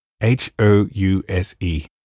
H-O-U-S-E